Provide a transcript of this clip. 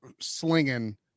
slinging